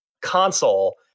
console